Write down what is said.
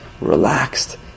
Relaxed